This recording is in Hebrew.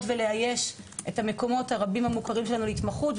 ולאייש את המקומות הרבים המוכרים שלנו להתמחות,